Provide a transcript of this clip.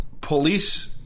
police